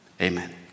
Amen